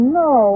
no